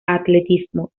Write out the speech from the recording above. atletismo